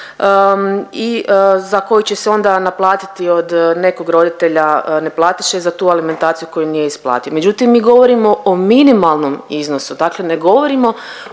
i za koji će se onda naplatiti od nekog roditelja neplatiše za tu alimentaciju koju nije isplatio. Međutim, mi govorimo o minimalnom iznosu, dakle ne govorimo